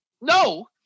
No